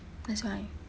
that's why